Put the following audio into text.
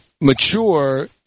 mature